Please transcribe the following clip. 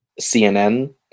CNN